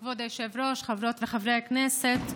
כבוד היושב-ראש, חברות וחברי הכנסת,